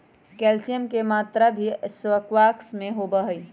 calcium के मात्रा भी स्क्वाश में बहुत होबा हई